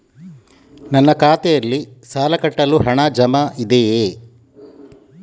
ನನ್ನ ಖಾತೆಯಲ್ಲಿ ಸಾಲ ಕಟ್ಟಲು ಹಣ ಜಮಾ ಇದೆಯೇ?